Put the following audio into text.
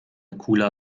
cooler